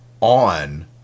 on